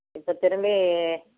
இப்போ திரும்பி